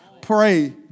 Pray